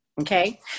okay